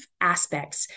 aspects